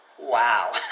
Wow